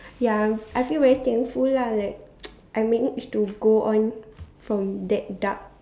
ya I feel very thankful lah like I managed go on from that dark